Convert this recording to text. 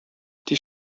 die